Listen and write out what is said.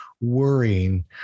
worrying